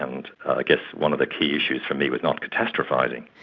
and i guess one of the key issues for me was not catastrophising.